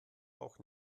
auch